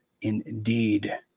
Indeed